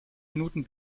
minuten